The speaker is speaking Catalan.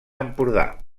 empordà